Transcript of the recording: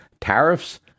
Tariffs